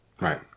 Right